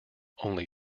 only